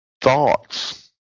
thoughts